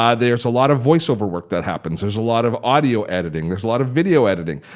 ah there's a lot of voiceover work that happens. there's a lot of audio editing. there's a lot of video editing.